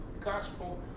gospel